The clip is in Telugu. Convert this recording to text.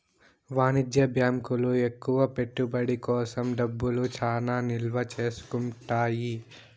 వాణిజ్య బ్యాంకులు ఎక్కువ పెట్టుబడి కోసం డబ్బులు చానా నిల్వ చేసుకుంటాయి